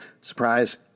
surprise